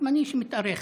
זמני שמתארך.